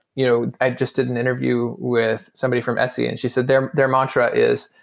you know i just did an interview with somebody from etsy and she said their their mantra is,